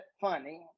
funny